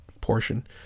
portion